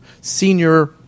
senior